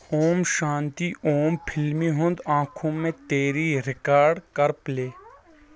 اوم شانتی اوم فلمہِ ہُند آنکھوں میں تیری ریکاڑ کر پلے